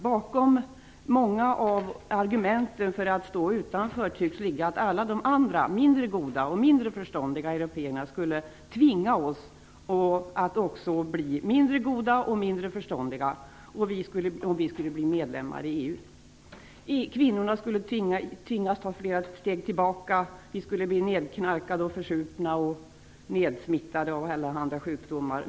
Bakom många av argumenten för att stå utanför tycks ligga att alla de andra, mindre goda och mindre förståndiga europeerna, skulle tvinga oss att också bli mindre goda och mindre förståndiga om vi skulle bli medlemmar i EU. Kvinnorna skulle tvingas att ta flera steg tillbaka, vi skulle bli nedknarkade och försupna, nedsmittade av allehanda sjukdomar.